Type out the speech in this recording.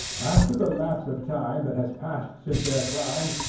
after the lapse of time that has passed since their crime,